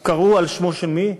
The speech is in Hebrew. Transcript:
קראו על שמו של מי?